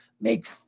make